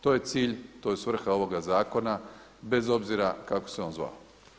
To je cilj, to je svrha ovoga zakona bez obzira kako se on zvao.